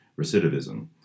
recidivism